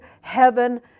heaven